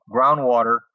groundwater